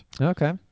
Okay